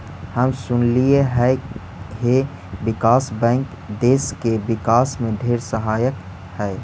हम सुनलिअई हे विकास बैंक देस के विकास में ढेर सहायक हई